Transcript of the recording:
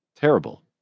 Terrible